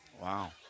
Wow